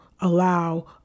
allow